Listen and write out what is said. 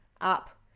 up